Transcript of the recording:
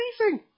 amazing